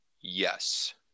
Yes